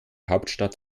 hauptstadt